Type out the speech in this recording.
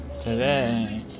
Today